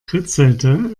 kritzelte